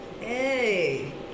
Hey